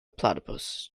platypus